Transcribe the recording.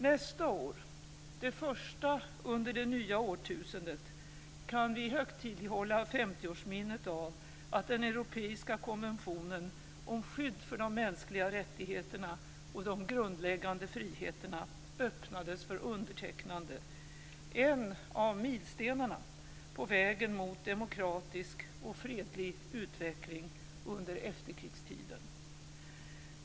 Nästa år, det första under det nya årtusendet, kan vi högtidlighålla 50-årsminnet av att Den europeiska konventionen om skydd för de mänskliga rättigheterna och de grundläggande friheterna öppnades för undertecknande - en av milstenarna på vägen mot demokratisk och fredlig utveckling under efterkrigstiden.